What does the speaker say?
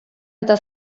eta